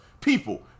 people